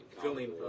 Filling